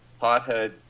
pothead